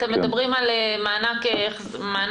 אתם מדברים על מענק הוצאות,